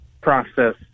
process